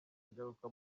ingaruka